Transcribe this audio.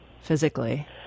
physically